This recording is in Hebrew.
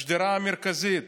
השדרה המרכזית,